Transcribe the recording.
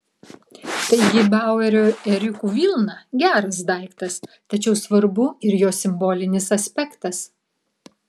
taigi bauerio ėriukų vilna geras daiktas tačiau svarbu ir jos simbolinis aspektas